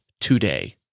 today